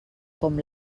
com